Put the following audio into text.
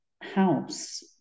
house